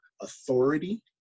authority